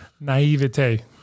Naivete